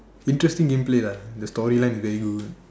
interesting game play lah the story line is very good